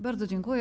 Bardzo dziękuję.